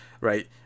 right